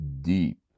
deep